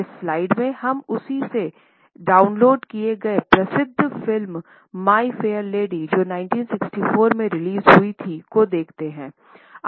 इस स्लाइड में हम उसी से डाउनलोड किए गए प्रसिद्ध फिल्म माई फेयर लेडी जो 1964 में रिलीज हुई थी को देखते हैं